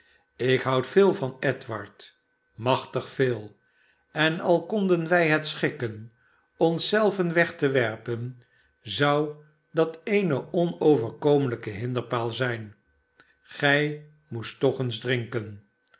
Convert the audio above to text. ik houd veel van edward machtig veel en al konden wij het schikken ons zelven weg te werpen zou dat eene onoverkomelijke hinderpaal zijn gij moest toch eens drinken